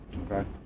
okay